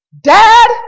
Dad